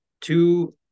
two